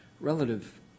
relative